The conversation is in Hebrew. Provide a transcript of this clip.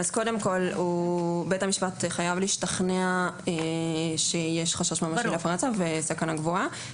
בית המשפט חייב להשתכנע שיש חשש ממשי להפרה וסכנה גבוהה.